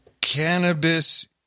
Cannabis